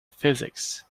physics